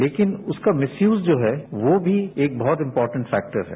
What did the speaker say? लेकिन उसका मिसयूज जो है वो भी एक बहुत इम्पोर्टेंट फैक्टर है